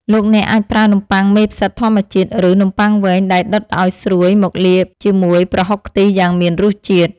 លោកអ្នកអាចប្រើនំប៉័ងមេផ្សិតធម្មជាតិ ឬនំប៉័ងវែង ដែលដុតឱ្យស្រួយមកលាបជាមួយប្រហុកខ្ទិះយ៉ាងមានរសជាតិ។